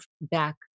back